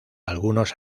algunos